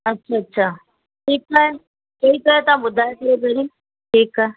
अच्छा अच्छा